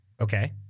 Okay